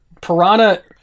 Piranha